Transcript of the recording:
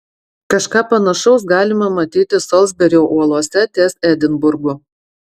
kažką panašaus galima matyti solsberio uolose ties edinburgu